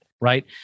right